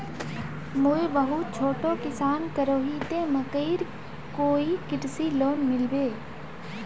मुई बहुत छोटो किसान करोही ते मकईर कोई कृषि लोन मिलबे?